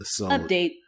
Update